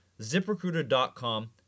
ZipRecruiter.com